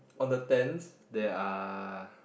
on the tents there are